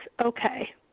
okay